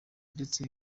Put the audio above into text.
ndetse